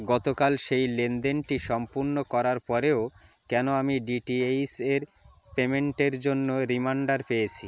গতকাল সেই লেনদেনটি সম্পূর্ণ করার পরেও কেন আমি ডিটিএইচের পেমেন্টের জন্য রিমাইন্ডার পেয়েছি